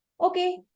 okay